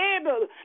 able